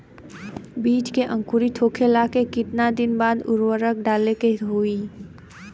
बिज के अंकुरित होखेला के कितना दिन बाद उर्वरक डाले के होखि?